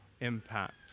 impact